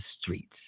streets